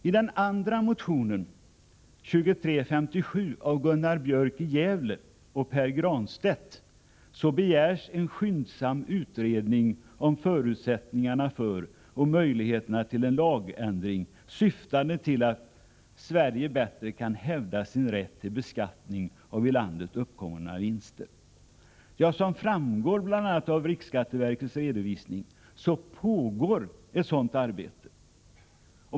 I den andra motionen, motion 2357 av Gunnar Björk i Gävle och Pär Granstedt, begärs en skyndsam utredning av förutsättningarna för och möjligheterna till en lagändring syftande till att Sverige bättre kan hävda sin rätt till beskattning av i landet uppkomna vinster. Såsom framgår bl.a. av riksskatteverkets redovisning pågår ett sådant arbete.